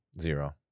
Zero